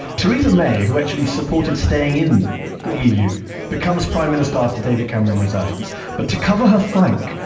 theresa may, who actually supported staying in the eu, becomes prime minister after david cameron resigns. but to cover her flank,